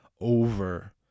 over